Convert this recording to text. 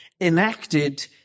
enacted